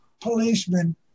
policemen